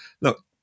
look